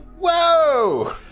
Whoa